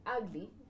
ugly